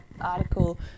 article